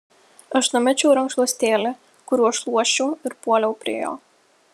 aš numečiau rankšluostėlį kuriuo šluosčiau ir puoliau prie jo